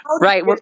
Right